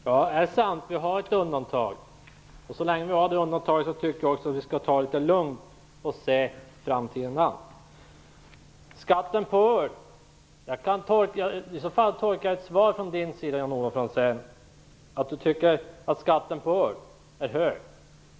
Herr talman! Det är sant att vi har ett undantag, och så länge vi har det undantaget tycker jag att vi skall ta det litet lugnt och se framtiden an. Jag tolkar svaret från Jan-Olof Franzén så att han tycker att skatten på öl är hög.